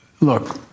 Look